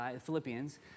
Philippians